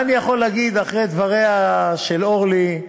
מה אני יכול להגיד אחרי דבריה של אורלי,